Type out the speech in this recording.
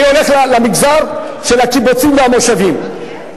אני הולך למגזר של הקיבוצים והמושבים,